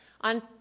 on